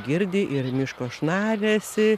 girdi ir miško šnaresį